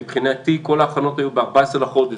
מבחינתי כל ההכנות היו ב-14 בחודש,